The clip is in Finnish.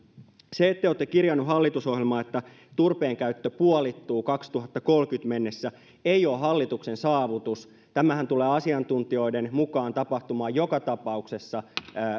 se että te olette kirjanneet hallitusohjelmaan että turpeen käyttö puolittuu kaksituhattakolmekymmentä mennessä ei ole hallituksen saavutus tämähän tulee asiantuntijoiden mukaan tapahtumaan joka tapauksessa